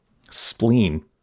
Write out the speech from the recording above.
spleen